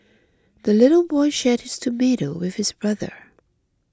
the little boy shared his tomato with his brother